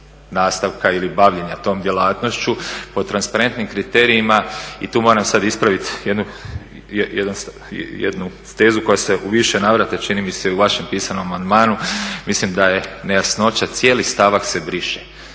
nastavka ili bavljenja tom djelatnošću pod transparentnim kriterijima i tu moram sada ispraviti jednu tezu koja se u više navrata čini mi se u vašem pisanom amandmanu, mislim da je nejasnoća cijeli stavak se briše.